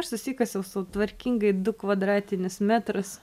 aš susikasiau sau tvarkingai du kvadratinius metrus